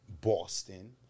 Boston